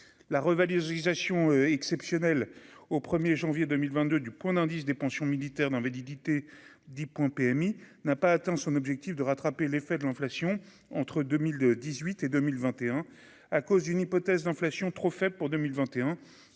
la revalorisation exceptionnelle au 1er janvier 2022 du point d'indice des pensions militaires d'invalidité 10, PMI n'a pas atteint son objectif de rattraper l'effet de l'inflation entre 2018 et 2021 à cause d'une hypothèse d'inflation trop fait pour 2021